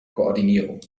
koordinierung